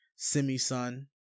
semi-sun